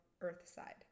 Earthside